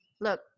look